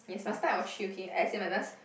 yes must 带我去 okay I say must must